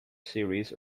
series